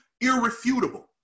irrefutable